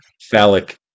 phallic